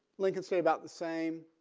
lincoln stayed about the same